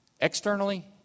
externally